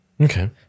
Okay